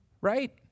right